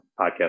podcast